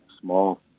small